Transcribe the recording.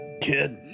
kid